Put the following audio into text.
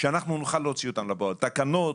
שנוכל להוציאן לפועל, תקנות